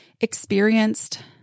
experienced